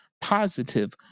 positive